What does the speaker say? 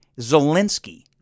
Zelensky